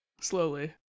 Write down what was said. Slowly